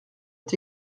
est